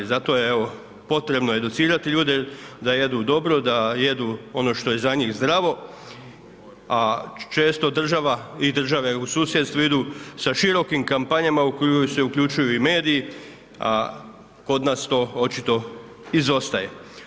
Zato je evo potrebno educirati ljude da jedu dobro, da jedu ono što je za njih zdravo a često država i države u susjedstvu idu sa širokim kampanjama u koju se uključuju i mediji a kod nas to očito izostaje.